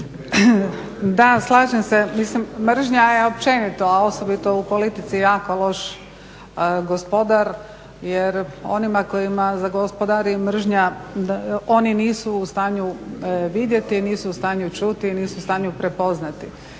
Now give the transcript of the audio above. Da, slažem se. Mislim mržnja je općenito, a osobito u politici jako loš gospodar jer onima kojima zagospodari mržnja oni nisu u stanju vidjeti, nisu u stanju čuti, nisu u stanju prepoznati